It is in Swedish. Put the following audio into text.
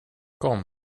kom